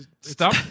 Stop